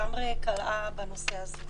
לגמרי קלעה בנושא הזה.